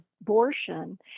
abortion